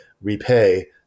repay